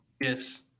Yes